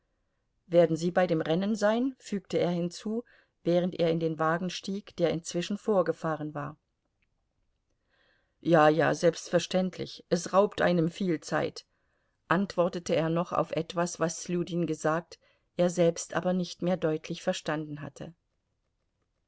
werden sie bei dem rennen sein fügte er hinzu während er in den wagen stieg der inzwischen vorgefahren war ja ja selbstverständlich es raubt einem viel zeit antwortete er noch auf etwas was sljudin gesagt er selbst aber nicht mehr deutlich verstanden hatte